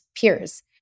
peers